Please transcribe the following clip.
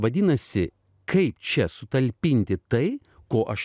vadinasi kaip čia sutalpinti tai ko aš